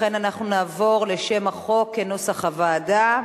לכן אנחנו נעבור לשם החוק כנוסח הוועדה.